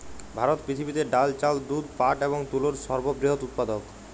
ভারত পৃথিবীতে ডাল, চাল, দুধ, পাট এবং তুলোর সর্ববৃহৎ উৎপাদক